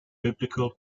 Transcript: biblical